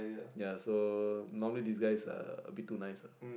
ya so normally these guys are a bit too nice ah